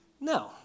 No